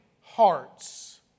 hearts